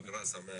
יכול לערער?